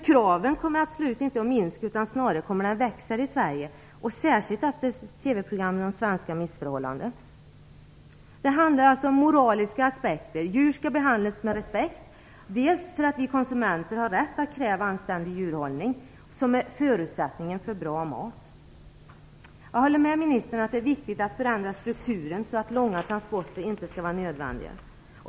Kraven kommer absolut inte att minska, utan snarare växa här i Sverige, särskilt efter TV-programmen om svenska missförhållanden. Det handlar alltså om moraliska aspekter. Djur skall behandlas med respekt, bl.a. därför att vi konsumenter har rätt att kräva en anständig djurhållning, som är förutsättningen för bra mat. Jag håller med ministern om att det är viktigt att förändra strukturen, så att långa transporter inte skall vara nödvändiga.